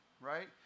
right